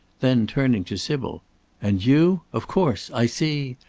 then, turning to sybil and you? of course! i see!